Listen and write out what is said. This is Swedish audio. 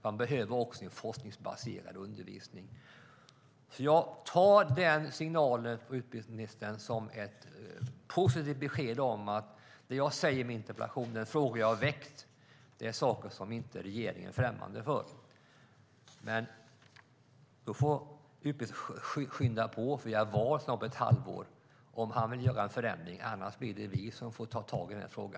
Man behöver också en forskningsbaserad undervisning. Jag tar denna signal, utbildningsministern, som ett positivt besked om att det jag säger i interpellationen och de frågor jag tar upp där är sådant som regeringen inte är främmande för. Men då får utbildningsministern skynda på om han vill göra en förändring, för det är val om ett halvår. Annars blir det vi som får ta tag i detta.